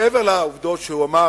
מעבר לעובדות שהוא אמר,